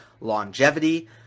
longevity